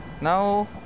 Now